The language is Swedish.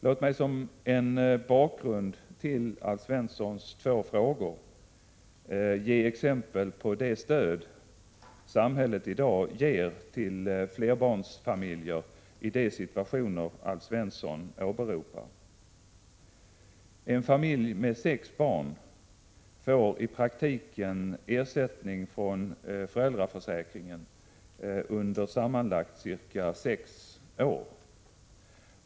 Låt mig som bakgrund till Alf Svenssons två frågor ge exempel på det stöd samhället i dag ger till flerbarnsfamiljer i de situationer Alf Svensson åberopar. En familj med sex barn får i praktiken ersättning från föräldraförsäkringen under sammanlagt ca 6 år.